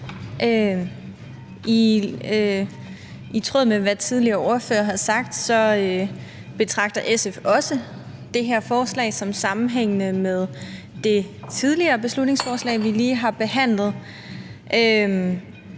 I tråd med hvad tidligere ordførere har sagt, betragter SF også det her forslag som sammenhængende med det tidligere beslutningsforslag, som vi lige har behandlet.